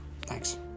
Thanks